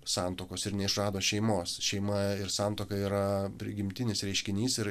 santuokos ir neišrado šeimos šeima ir santuoka yra prigimtinis reiškinys ir